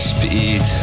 Speed